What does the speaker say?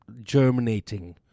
germinating